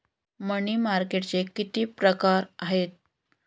मनी मार्केटचे किती प्रकार आहेत?